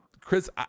Chris